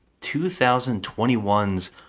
2021's